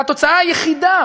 והתוצאה היחידה